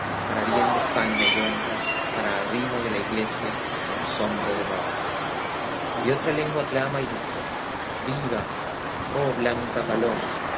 para bien de españa y honra para arrimo de la iglesia para asombro de mahoma otra lengua clama y dice vivas oh blanca paloma